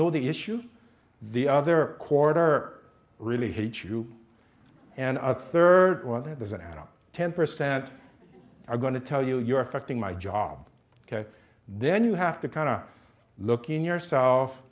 know the issues the other quarter really hates you and a third one it doesn't add up ten percent are going to tell you you're affecting my job then you have to kind of look in yourself